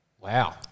Wow